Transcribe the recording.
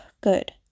Good